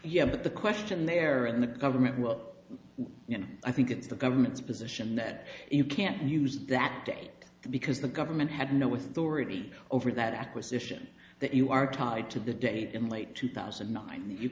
yeah but the question there and the government well you know i think it's the government's position that you can't use that day because the government had no with already over that acquisition that you are tied to the date in late two thousand